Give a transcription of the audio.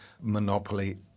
monopoly